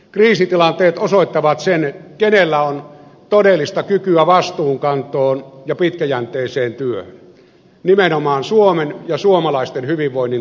kriisitilanteet osoittavat sen kenellä on todellista kykyä vastuunkantoon ja pitkäjänteiseen työhön nimenomaan suomen ja suomalaisten hyvinvoinnin turvaamiseksi